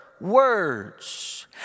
words